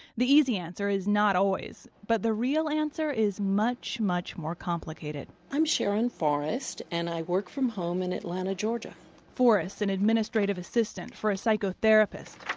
the easy answer is not always. but the real answer is much, much more complicated i'm sharon forrest and i work from home in atlanta, ga forrest's an and administrative assistant for a psychotherapist.